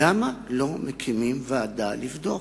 למה לא מקימים ועדה לבדוק.